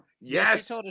Yes